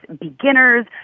beginners